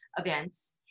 events